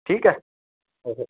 ठीक आहे ओके